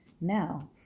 Now